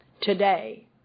today